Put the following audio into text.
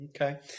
Okay